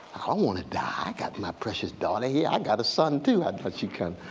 i don't want to die. i got my precious daughter here. i got a son too. i thought she'd kind of.